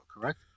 correct